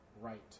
right